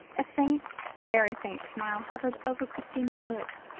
a faint, a very faint, smile hovered over christina's lips.